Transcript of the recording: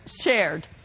shared